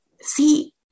See